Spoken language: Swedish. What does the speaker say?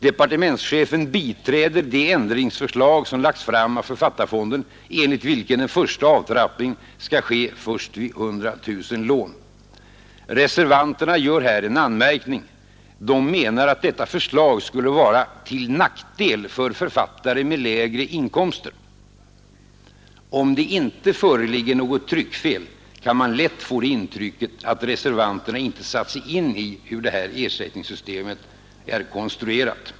Departementschefen biträder det ändringsförslag som lagts fram av författarfonden, enligt vilket den första avtrappningen skall ske först vid 100 000 lån. Reservanterna gör här en anmärkning. De menar att detta förslag skulle vara ”till nackdel för författare med lägre inkomster”. Om det inte föreligger något tryckfel kan man lätt få intrycket att reservanterna inte satt sig in i hur det här ersättningssystemet är konstruerat.